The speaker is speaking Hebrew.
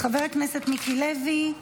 חבר הכנסת מיקי לוי,